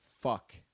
Fuck